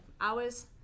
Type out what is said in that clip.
hours